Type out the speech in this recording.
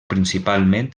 principalment